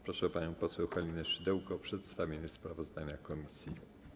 Proszę panią poseł Halinę Szydełko o przedstawienie sprawozdania komisji.